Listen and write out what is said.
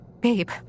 Babe